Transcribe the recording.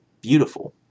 beautiful